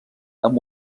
amb